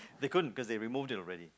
they couldn't because they removed it already